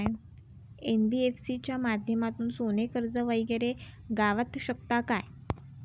NBFC च्या माध्यमातून सोने कर्ज वगैरे गावात शकता काय?